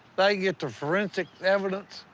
they get the forensic evidence,